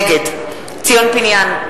נגד ציון פיניאן,